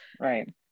right